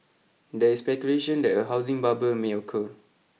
there is speculation that a housing bubble may occur